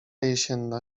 jesienna